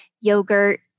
yogurt